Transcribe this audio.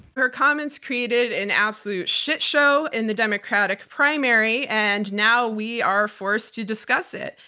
her comments created an absolute shit show in the democratic primary, and now we are forced to discuss it,